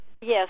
Yes